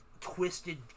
Twisted